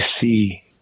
see